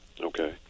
Okay